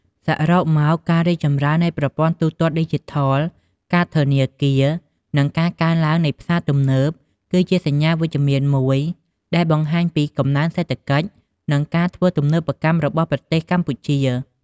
សរុបមក ការរីកចម្រើននៃប្រព័ន្ធទូទាត់ឌីជីថល កាតធនាគារ និងការកើនឡើងនៃផ្សារទំនើប គឺជាសញ្ញាណវិជ្ជមានមួយដែលបង្ហាញពី កំណើនសេដ្ឋកិច្ច និងការធ្វើទំនើបកម្មរបស់ប្រទេសកម្ពុជា។